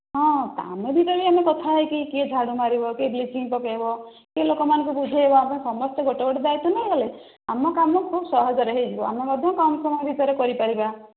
ହଁ ଆମେ ବି କାଲି ଆମେ କଥା ହୋଇକି କିଏ ଝାଡ଼ୁ ମାରିବ କିଏ ବ୍ଲିଚିଂ ପକାଇବ କିଏ ଲୋକମାନଙ୍କୁ ବୁଝାଇବ ଆମେ ସମସ୍ତେ ଗୋଟେ ଗୋଟେ ଦାୟିତ୍ଵ ନେଇଗଲେ ଆମ କାମ ଖୁବ୍ ସହଜରେ ହୋଇଯିବ ଆମେ ମଧ୍ୟ କମ୍ ସମୟ ଭିତରେ କରିପାରିବା